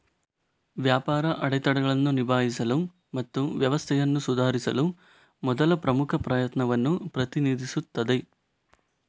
ವ್ಯಾಪಾರ ಅಡೆತಡೆಗಳನ್ನು ನಿಭಾಯಿಸಲು ಮತ್ತು ವ್ಯವಸ್ಥೆಯನ್ನು ಸುಧಾರಿಸಲು ಮೊದಲ ಪ್ರಮುಖ ಪ್ರಯತ್ನವನ್ನು ಪ್ರತಿನಿಧಿಸುತ್ತದೆ